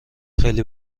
خیلی